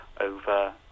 over